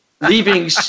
leaving